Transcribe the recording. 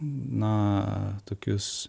na tokius